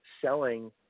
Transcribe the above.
selling